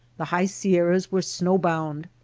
the high sierras were snow-bound,